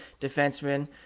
defenseman